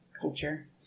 culture